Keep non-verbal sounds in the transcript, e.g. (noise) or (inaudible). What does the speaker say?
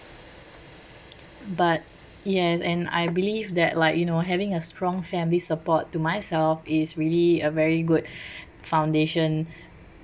but yes and I believe that like you know having a strong family support to myself is really a very good (breath) foundation